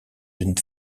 une